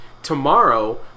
Tomorrow